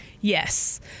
Yes